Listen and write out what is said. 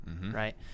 right